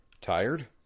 Tired